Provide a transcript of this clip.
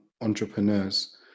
entrepreneurs